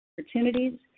opportunities